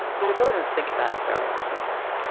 but i bet we don't think about it very often.